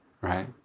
right